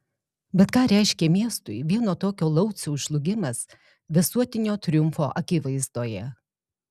bet ką reiškė miestui vieno tokio lauciaus žlugimas visuotinio triumfo akivaizdoje